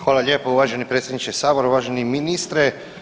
Hvala lijepo uvaženi predsjedniče Sabora, uvaženi ministre.